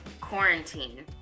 Quarantine